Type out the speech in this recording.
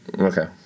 Okay